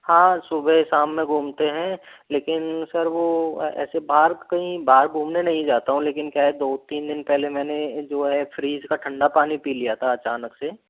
हाँ सुबह शाम में घूमते हैं लेकिन सर वो ऐसे बाहर कहीं बाहर घूमने नहीं जाता हूँ लेकिन क्या है दो तीन दिन पहले मैंने जो है फ़्रीज का ठंडा पानी पी लिया था अचानक से